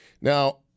Now